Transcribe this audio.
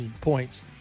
points